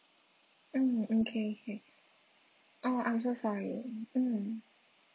mm okay K !aww! I'm so sorry mm